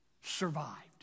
survived